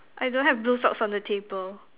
I don't have blue socks on the table